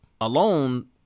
alone